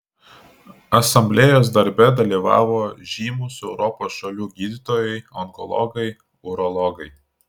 asamblėjos darbe dalyvavo žymūs europos šalių gydytojai onkologai urologai